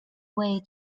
way